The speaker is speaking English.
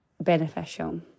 beneficial